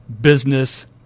business